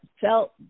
felt